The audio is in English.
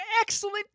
excellent